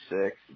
six